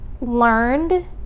learned